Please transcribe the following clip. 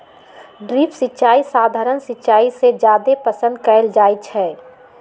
drip सिंचाई सधारण सिंचाई से जादे पसंद कएल जाई छई